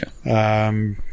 Okay